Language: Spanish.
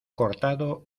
cortado